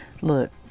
look